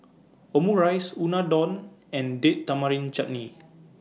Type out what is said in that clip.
Omurice Unadon and Date Tamarind Chutney